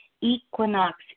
equinox